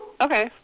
Okay